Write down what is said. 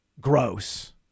gross